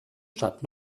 stadt